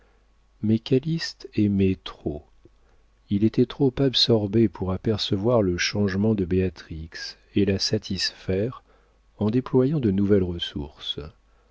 mais calyste aimait trop il était trop absorbé pour apercevoir le changement de béatrix et la satisfaire en déployant de nouvelles ressources